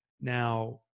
now